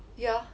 yeah